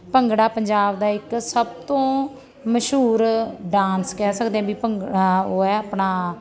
ਭੰਗੜਾ ਪੰਜਾਬ ਦਾ ਇੱਕ ਸਭ ਤੋਂ ਮਸ਼ਹੂਰ ਡਾਂਸ ਕਹਿ ਸਕਦੇ ਹਾਂ ਵੀ ਭੰਗ ਉਹ ਹੈ ਆਪਣਾ